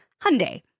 Hyundai